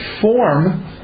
form